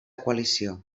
coalició